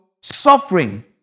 suffering